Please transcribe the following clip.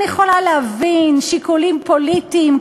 אני יכולה להבין שיקולים פוליטיים,